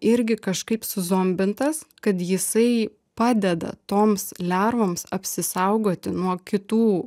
irgi kažkaip suzombintas kad jisai padeda toms lervoms apsisaugoti nuo kitų